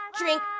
drink